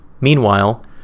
Meanwhile